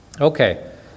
Okay